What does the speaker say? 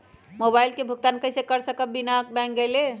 Mobile के भुगतान कईसे कर सकब बिना बैंक गईले?